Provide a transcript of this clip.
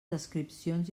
descripcions